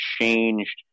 changed